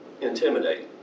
Intimidating